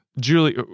Julie